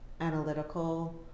analytical